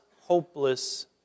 hopeless